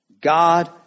God